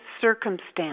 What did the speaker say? circumstance